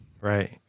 right